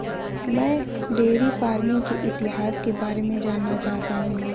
मैं dairy farming के इतिहास के बारे में जानना चाहता हूं